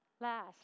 last